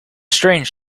strange